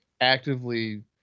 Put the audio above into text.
actively